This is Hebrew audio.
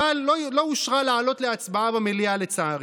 אבל לא אושרה לעלות להצבעה במליאה, לצערי,